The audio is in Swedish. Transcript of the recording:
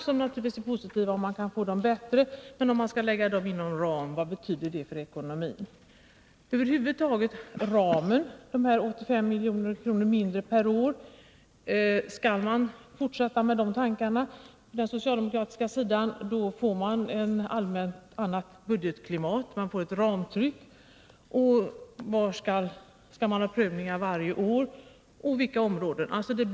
Det är naturligtvis positivt om de kan bli bättre. Men om de skall läggas inom ram, vad betyder då det för ekonomin? Skall man på den socialdemokratiska sidan fortsätta i enlighet med sina tankar när det gäller ramen över huvud taget — 85 milj.kr. mindre per år — får vi ett annat budgetklimat, det blir ett ramtryck. Skall man då ha prövningar varje år och i så fall för vilka områden?